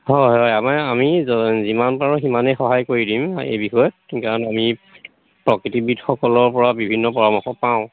হয় হয় আমাৰ আমি যিমান পাৰোঁ সিমানেই সহায় কৰি দিম এই বিষয়ত কাৰণ আমি প্ৰকৃতিবিদসকলৰ পৰা বিভিন্ন পৰামৰ্শ পাওঁ